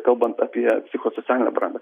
kalbant apie psichosocialinę brandą